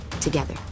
together